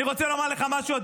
אני רוצה לומר לך משהו,